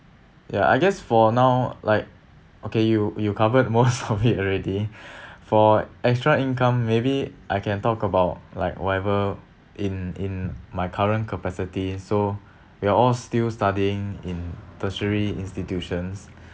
ya I guess for now like okay you you covered most of it already for extra income maybe I can talk about like whatever in in my current capacities so we are all still studying in tertiary institutions